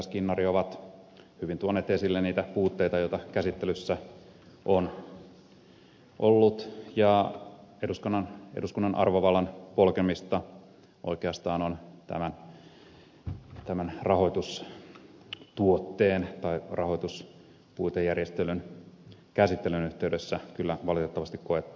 skinnari ovat hyvin tuoneet esille niitä puutteita joita käsittelyssä on ollut ja eduskunnan arvovallan polkemista oikeastaan on tämän rahoitustuotteen tai rahoituspuitejärjestelyn käsittelyn yhteydessä kyllä valitettavasti koettu